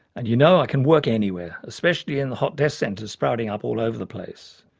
and you know i can work anywhere, especially in the hot desk centres sprouting up all over the place.